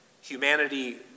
humanity